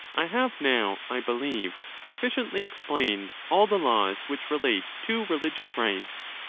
i have now, i believe, sufficiently explained all the laws which relate to religious rites.